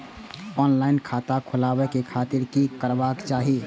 Online खाता खोलाबे के खातिर कि करबाक चाही?